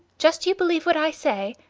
just you believe what i say,